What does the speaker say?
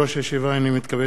הנני מתכבד להודיעכם,